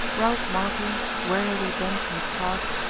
ralph marvell, wearily bent to his task,